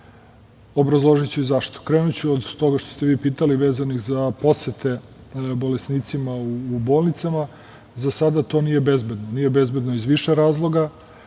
Obrazložiću i zašto. Krenuću od toga što ste pitali vezano za posete bolesnicima u bolnicama.Za sada to nije bezbedno. Nije bezbedno iz više razloga.